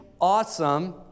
awesome